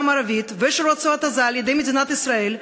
המערבית ושל רצועת-עזה על-ידי מדינת ישראל.